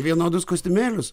vienodus kostiumėlius